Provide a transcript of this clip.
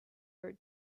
her